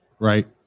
right